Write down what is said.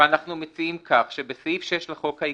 ואנחנו מציעים כך שבסעיף 6 לחוק העיקרי,